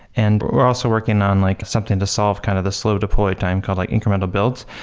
and we're also working on like something to solve kind of the slow deploy time called like incremental builds.